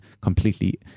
completely